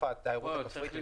אני